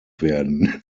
werden